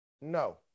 No